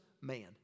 man